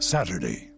Saturday